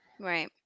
Right